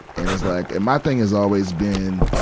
and it's like, and my thing is always been,